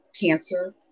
cancer